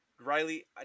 Riley